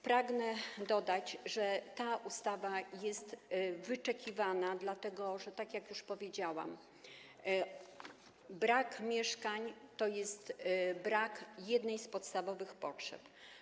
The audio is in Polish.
Pragnę dodać, że ta ustawa jest wyczekiwana, dlatego że, tak jak już powiedziałam, brak mieszkania to brak zaspokojenia jednej z podstawowych potrzeb.